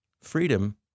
Freedom